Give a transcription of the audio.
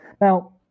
Now